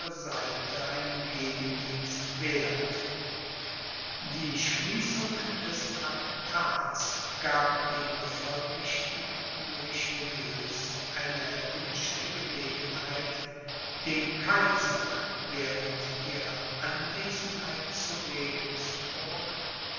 seite einen gegendienst werth die schließung des traktats gab den bevollmächtigten richelieus eine erwünschte gelegenheit den kaiser während ihrer anwesenheit zu regensburg